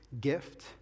gift